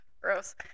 Gross